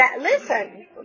Listen